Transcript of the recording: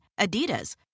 Adidas